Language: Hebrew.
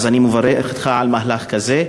אז אני מברך אותך על מהלך כזה.